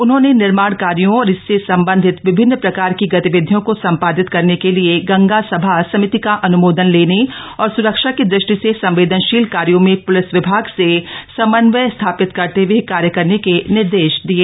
उन्होंने निर्माण कार्यो और इससे सम्बन्धित विभिन्न प्रकार की गतिविधियों को सं ादित करने के लिए गंगा सभा समिति का अनुमोदन लेने और सुरक्षा की दृष्टि से संवेदनशील कार्यों में प्लिस विभाग से समन्वय स्थापित करते हए कार्य करने के निर्देश दिये